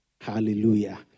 Hallelujah